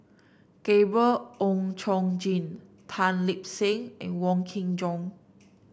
Gabriel Oon Chong Jin Tan Lip Seng and Wong Kin Jong